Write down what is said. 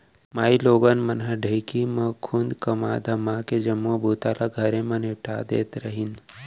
माइलोगन मन ह ढेंकी म खुंद कमा धमाके जम्मो बूता ल घरे म निपटा देत रहिन